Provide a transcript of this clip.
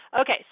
Okay